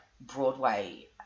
Broadway